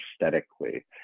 aesthetically